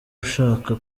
ushaka